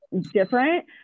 different